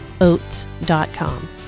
oats.com